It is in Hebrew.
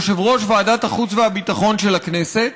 יושב-ראש ועדת החוץ והביטחון של הכנסת,